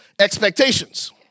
expectations